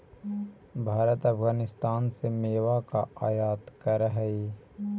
भारत अफगानिस्तान से मेवा का आयात करअ हई